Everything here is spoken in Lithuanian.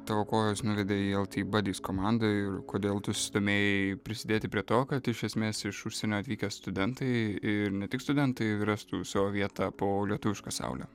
tavo kojos nuvedė į el ti badis komandą ir kodėl tu susidomėjai prisidėti prie to kad iš esmės iš užsienio atvykę studentai ir ne tik studentai rastų savo vietą po lietuviška saule